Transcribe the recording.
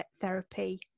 therapy